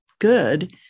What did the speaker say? good